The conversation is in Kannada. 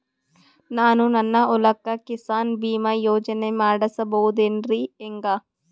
ನಾನು ನನ್ನ ಹೊಲಕ್ಕ ಕಿಸಾನ್ ಬೀಮಾ ಯೋಜನೆ ಮಾಡಸ ಬಹುದೇನರಿ ಹೆಂಗ?